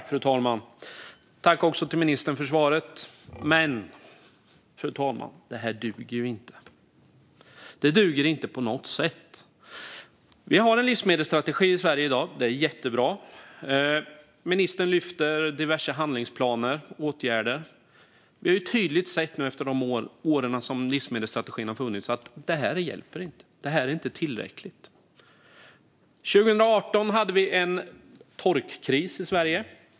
Fru talman! Jag tackar ministern för svaret. Men, fru talman, detta duger inte på något sätt. Vi har en livsmedelsstrategi i Sverige i dag. Det är jättebra. Ministern lyfter fram diverse handlingsplaner och åtgärder. Under de år som livsmedelsstrategin har funnits har vi tydligt sett att detta inte hjälper. Det är inte tillräckligt. År 2018 hade vi en torkkris i Sverige.